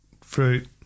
fruit